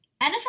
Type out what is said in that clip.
NFL